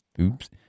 Oops